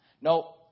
No